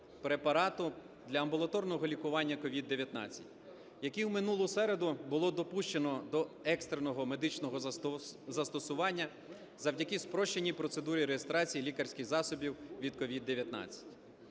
препарату для амбулаторного лікування COVID-19, який в минулу середу було допущено до екстреного медичного застосування завдяки спрощеній процедурі реєстрації лікарських засобів від COVID-19.